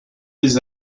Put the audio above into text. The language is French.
des